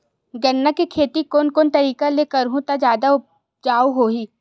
गन्ना के खेती कोन कोन तरीका ले करहु त जादा उपजाऊ होही?